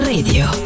Radio